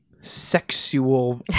sexual